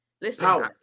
Listen